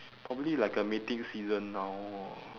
probably like a mating season now or